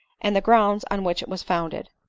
and the grounds on which it was founded.